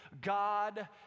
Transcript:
God